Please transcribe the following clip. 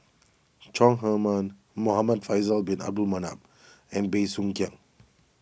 Chong Heman Muhamad Faisal Bin Abdul Manap and Bey Soo Khiang